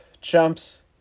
chumps